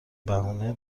بهونه